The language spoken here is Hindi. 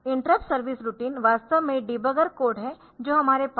इंटरप्ट सर्विस रूटीन वास्तव में डिबगर कोड है जो हमारे पास है